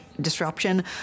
disruption